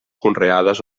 conreades